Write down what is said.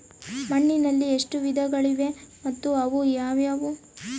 ಮಣ್ಣಿನಲ್ಲಿ ಎಷ್ಟು ವಿಧಗಳಿವೆ ಮತ್ತು ಅವು ಯಾವುವು?